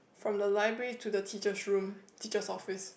from the library to the teacher's room teacher's office